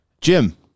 Jim